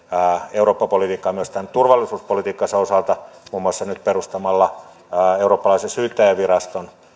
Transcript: eurooppa politiikkaan myös turvallisuuspolitiikkansa osalta muun muassa nyt perustamalla eurooppalaisen syyttäjänviraston